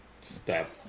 step